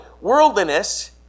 worldliness